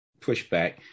pushback